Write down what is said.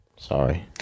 Sorry